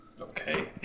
Okay